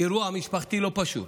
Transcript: אירוע משפחתי לא פשוט.